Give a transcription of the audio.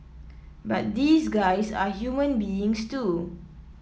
but these guys are human beings too